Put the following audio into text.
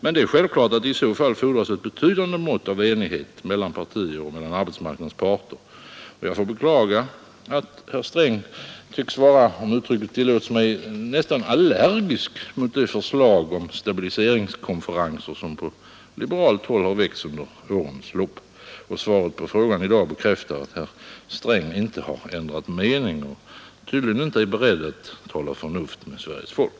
Men det är självklart att det i så fall fordras ett betydande mått av enighet mellan partier och mellan arbetsmarknadens parter, och jag får beklaga att herr Sträng tycks vara, om uttrycket tillåts mig, nästan allergisk mot de förslag om stabiliseringskonferenser som på liberalt håll har väckts under årens lopp. Svaret på frågan i dag bekräftar att herr Sträng inte har ändrat mening och tydligen inte är beredd att tala förnuft med Sveriges folk.